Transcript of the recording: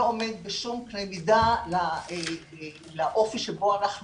לא עומד בשום קנה מידה לאופי שבו אנחנו